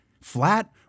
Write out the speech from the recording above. Flat